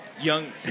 young